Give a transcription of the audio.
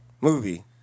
movie